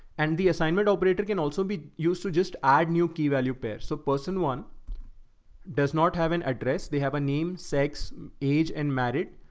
and the assignment operator can also be used to just add new key value pairs. so person one does not have an address. they have a name, sex age, and married,